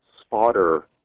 spotter